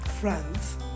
France